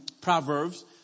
Proverbs